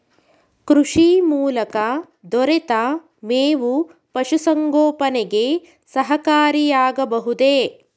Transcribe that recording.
ಕೃಷಿ ಮೂಲಕ ದೊರೆತ ಮೇವು ಪಶುಸಂಗೋಪನೆಗೆ ಸಹಕಾರಿಯಾಗಬಹುದೇ?